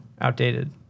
outdated